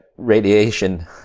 radiation